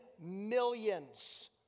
millions